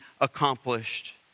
accomplished